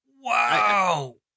Wow